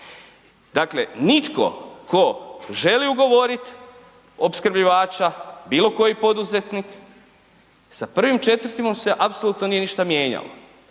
Dakle nitko tko želi ugovorit opskrbljivača, bilokoji poduzetnik sa 1. 4. mu se apsolutno nije ništa mijenjalo